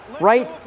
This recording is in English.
Right